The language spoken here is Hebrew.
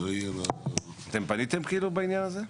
אתם פניתם בעניין הזה?